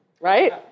right